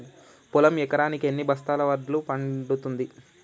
పొలం ఎకరాకి ఎన్ని బస్తాల వడ్లు పండుతుంది?